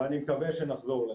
ואני מקווה שנחזור לזה.